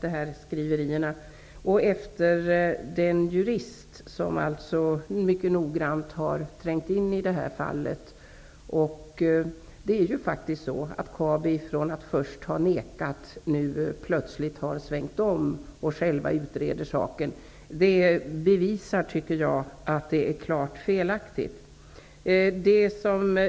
de här skriverierna och på den undersökning som den jurist som mycket noggrant har trängt in i det här fallet har gjort. Det är faktiskt så att Kabi från att först ha nekat nu plötsligt har svängt om och självt utreder saken. Det bevisar att det har gjorts fel.